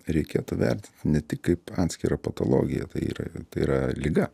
reikėtų vertinti ne tik kaip atskirą patologiją tai yra tai yra liga